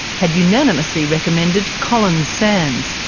had unanimously recommended collins sands,